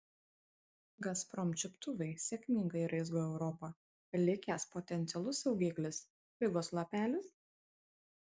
gazprom čiuptuvai sėkmingai raizgo europą likęs potencialus saugiklis figos lapelis